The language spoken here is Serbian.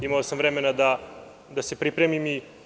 Imao sam vremena da se pripremim.